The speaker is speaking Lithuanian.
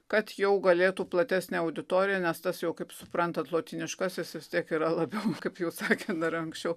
kad jau galėtų platesnė auditoriją nes tas jau kaip suprantat lotyniškasis vis tiek yra labiau kaip jau sakėt dar anksčiau